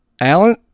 Alan